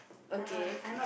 okay